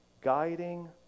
guiding